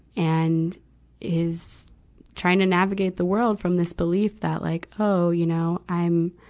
and is trying to navigate the world from this belief that like, oh, you know, i'm,